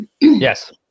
Yes